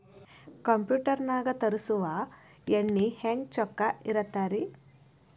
Computer ನಾಗ ತರುಸುವ ಎಣ್ಣಿ ಹೆಂಗ್ ಚೊಕ್ಕ ಇರತ್ತ ರಿ?